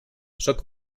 sóc